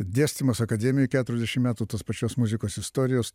dėstymas akademijoj keturiasdešim metų tos pačios muzikos istorijos